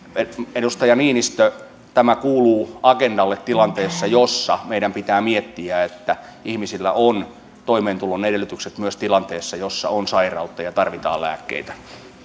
edustaja niinistö tämä kuuluu agendalle tilanteessa jossa meidän pitää miettiä että ihmisillä on toimeentulon edellytykset myös tilanteessa jossa on sairautta ja tarvitaan lääkkeitä